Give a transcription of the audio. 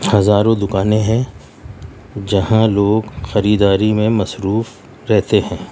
ہزاروں دوکانیں ہیں جہاں لوگ خریداری میں مصروف رہتے ہیں